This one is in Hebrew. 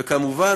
וכמובן,